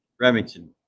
Remington